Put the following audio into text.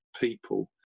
people